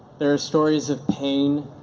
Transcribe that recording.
there are stories of pain,